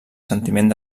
sentiment